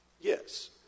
Yes